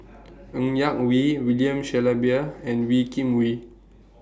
Ng Yak Whee William Shellabear and Wee Kim Wee